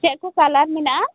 ᱪᱮᱫ ᱠᱚ ᱠᱟᱞᱟᱨ ᱢᱮᱱᱟᱜᱼᱟ